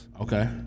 Okay